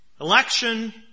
Election